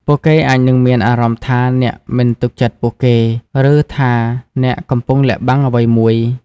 ពួកគេអាចនឹងមានអារម្មណ៍ថាអ្នកមិនទុកចិត្តពួកគេ ឬថាអ្នកកំពុងលាក់បាំងអ្វីមួយ។